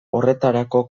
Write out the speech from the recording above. horretarako